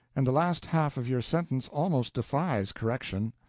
and the last half of your sentence almost defies correction.